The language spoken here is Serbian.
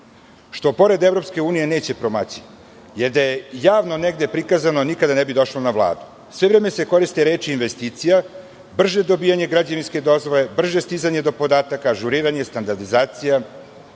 što pored EU neće promaći. Da je negde javno prikazano, nikada ne bi došlo na Vladu. Sve vreme se koriste reči – investicija, brže dobijanje građevinske dozvole, brže stizanje do podataka, ažuriranje, standardizacija,